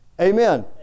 Amen